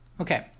Okay